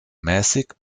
mäßig